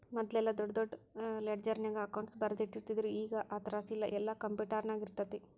ಮದ್ಲೆಲ್ಲಾ ದೊಡ್ ದೊಡ್ ಲೆಡ್ಜರ್ನ್ಯಾಗ ಅಕೌಂಟ್ಸ್ ಬರ್ದಿಟ್ಟಿರ್ತಿದ್ರು ಈಗ್ ಆ ತ್ರಾಸಿಲ್ಲಾ ಯೆಲ್ಲಾ ಕ್ಂಪ್ಯುಟರ್ನ್ಯಾಗಿರ್ತೆತಿ